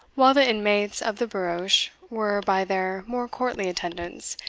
while the inmates of the barouche were, by their more courtly attendants,